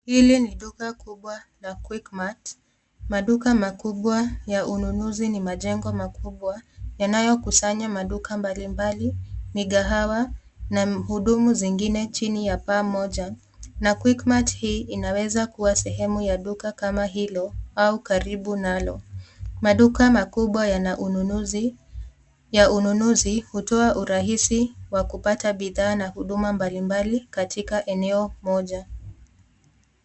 Hili ni duka kubwa la Quickmart. Maduka makubwa ya ununuzi ni majengo makubwa yanayokusanya maduka mbalimbali, mikahawa na mhudumu zingine chini ya paa moja na Quickmart hii inaweza kuwa sehemu ya duka kama hilo au karibu nalo. Maduka makubwa ya ununuzi hutoa urahisi wa kupata bidhaa na huduma mbalimbali katika eneo moja.